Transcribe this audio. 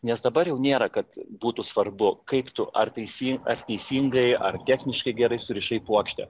nes dabar jau nėra kad būtų svarbu kaip tu ar teisi ar teisingai ar techniškai gerai surišai puokštę